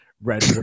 red